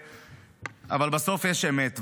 אבל בסוף יש אמת,